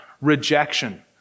rejection